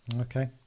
Okay